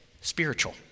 spiritual